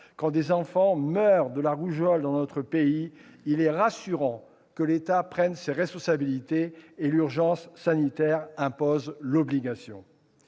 quand des enfants meurent de la rougeole dans notre pays, il est rassurant que l'État prenne ses responsabilités. L'urgence sanitaire impose l'obligation.